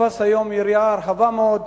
תפס היום יריעה רחבה מאוד,